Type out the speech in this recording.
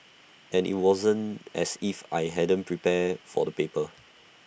and IT wasn't as if I hadn't prepared for the paper